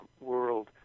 world